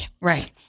Right